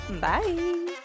Bye